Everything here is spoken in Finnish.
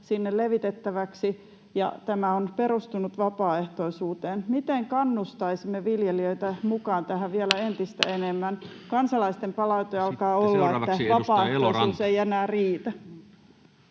sinne levitettäväksi, ja tämä on perustunut vapaaehtoisuuteen. Miten kannustaisimme viljelijöitä mukaan tähän vielä entistä enemmän? Kansalaisten palaute alkaa olla, että vapaaehtoisuus ei enää riitä.